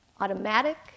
automatic